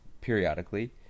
periodically